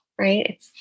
right